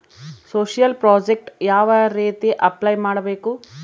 Social project ಯಾವ ರೇತಿ apply ಮಾಡಬೇಕು?